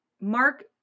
Mark